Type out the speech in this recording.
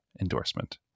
endorsement